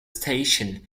station